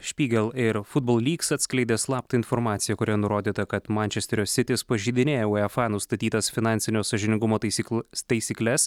špygel ir futbol lyks atskleidė slaptą informaciją kurioje nurodyta kad mančesterio sitis pažeidinėja uefa nustatytas finansinio sąžiningumo taisykl taisykles